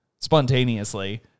spontaneously